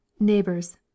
NEIGHBORS